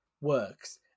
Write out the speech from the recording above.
works